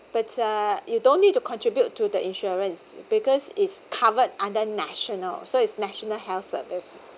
but uh you don't need to contribute to the insurance because it's covered under national so it's national health service